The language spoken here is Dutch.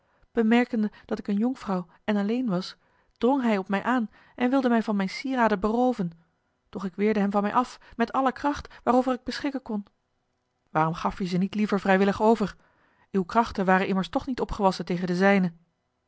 bemerkende dat ik eene jonkvrouw en alleen was drong hij op mij aan en wilde mij van mijne sieraden berooven doch ik weerde hem van mij af met alle kracht waarover ik beschikken kon waarom gaf je ze niet liever vrijwillig over uwe krachten waren immers toch niet opgewassen tegen de zijne